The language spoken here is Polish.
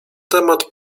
temat